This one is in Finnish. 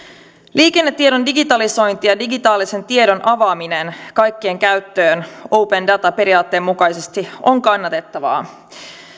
liikennetiedon digitalisointi ja digitaalisen tiedon avaaminen kaikkien käyttöön open data periaatteen mukaisesti on kannatettavaa